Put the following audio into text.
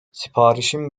siparişin